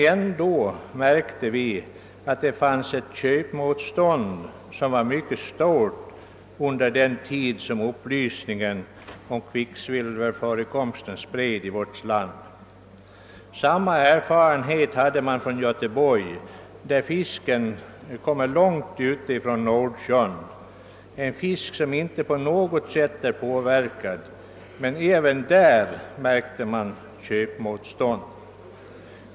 ändå märkte vi ett mycket starkt köpmotstånd under den tid då upplysning om kvicksilverförekomst i fisk spreds i vårt land. Samma erfarenhet gjorde man i Göteborg, där fisken fångas långt ute i Nordsjön och inte på något sätt är påverkad av kvicksilver; även där märkte man köpmotstånd.